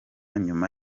nyuma